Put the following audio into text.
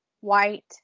white